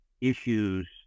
issues